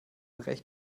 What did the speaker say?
recht